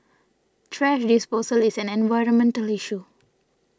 thrash disposal is an environmental issue